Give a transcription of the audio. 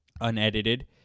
unedited